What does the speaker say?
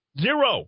Zero